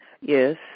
yes